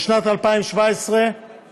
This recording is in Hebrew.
בשנת 2017 הקצבאות